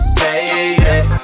baby